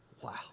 wow